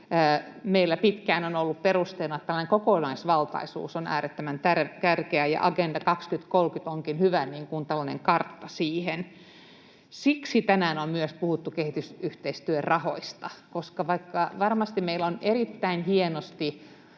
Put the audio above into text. Meillä pitkään on ollut perusteena se, että tällainen kokonaisvaltaisuus on äärettömän tärkeää, ja Agenda 2030 onkin hyvä kartta siihen. Siksi tänään on myös puhuttu kehitysyhteistyörahoista, koska vaikka varmasti meillä on erittäin hienosti